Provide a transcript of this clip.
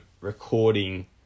recording